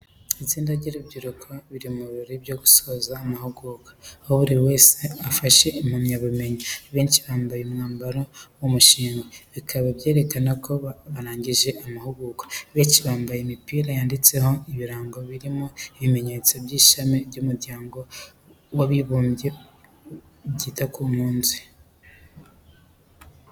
Itsinda ry’urubyiruko ruri mu birori byo gusoza amahugurwa, aho buri wese afashe impamyabumenyi. Abenshi bambaye umwambaro w’umushinga, bikaba byerekana ko barangije amahugurwa. Abenshi bambaye imipira yanditseho ibirango birimo ibimenyetso by'ishami ry’Umuryango w’Abibumbye ryita ku mpunzi.